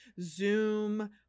Zoom